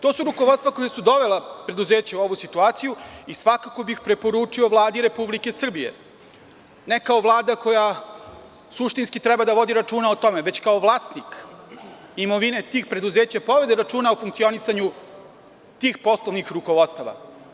To su rukovodstva koja su dovela preduzeća u ovu situaciju i svakako bih preporučio Vladi Republike Srbije, ne kao Vlada koja suštinski treba da vodi računa o tome, već kao vlasnik imovine tih preduzeća da povede računa o funkcionisanju tih poslovnih rukovodstava.